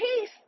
peace